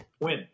Win